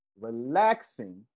relaxing